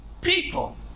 people